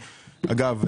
אגב,